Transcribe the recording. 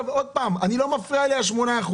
לא מפריעים לי ה-8%,